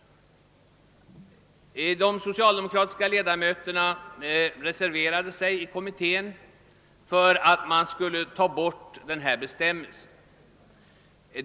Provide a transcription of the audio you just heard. De socialdemokratiska 1edamöterna av kommittén reserverade sig för ett borttagande av denna bestämmelse.